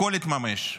הכול התממש.